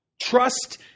Trust